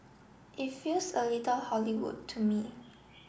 it feels a little Hollywood to me